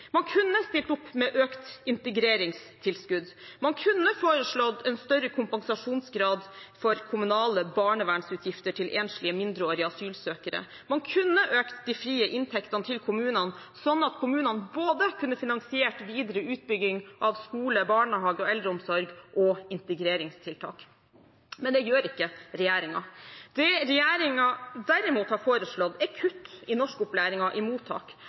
Man kunne stilt opp med økt integreringstilskudd. Man kunne foreslått en større kompensasjonsgrad for kommunale barnevernsutgifter til enslige mindreårige asylsøkere. Man kunne økt de frie inntektene til kommunene, sånn at kommunene kunne finansiert både videre utbygging av skole, barnehage, eldreomsorg og integreringstiltak. Men det gjør ikke regjeringen. Det regjeringen derimot har foreslått, er kutt i norskopplæringen i mottak,